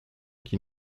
qui